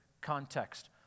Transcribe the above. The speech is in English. context